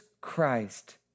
Christ